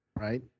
Right